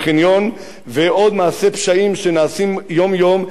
בחניון, ועוד מעשי פשעים שנעשים יום-יום.